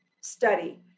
study